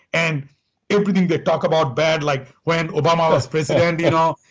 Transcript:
and everything they talk about bad. like when obama was president, you know?